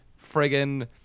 friggin